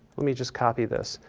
let me just copy this.